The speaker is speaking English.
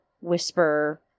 Whisper